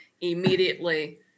immediately